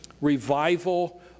Revival